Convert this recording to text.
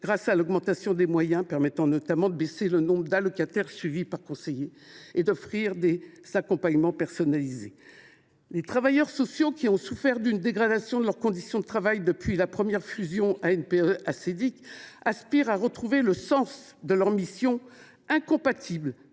grâce à l’augmentation des moyens permettant notamment de baisser le nombre d’allocataires suivis par les conseillers, et d’offrir des accompagnements personnalisés. Les travailleurs sociaux qui ont souffert d’une dégradation de leurs conditions de travail depuis la première fusion entre l’Agence nationale pour l’emploi (ANPE) et l’Assédic aspirent à retrouver le sens de leurs missions, incompatible